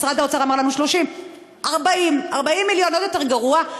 משרד האוצר אמר לנו 30. 40 מיליון, עוד יותר גרוע.